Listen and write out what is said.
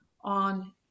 on